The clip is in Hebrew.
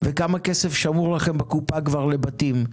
וכמה כסף שמור לכם בקופה כבר לבתים,